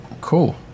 cool